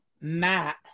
Matt